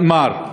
נאמר,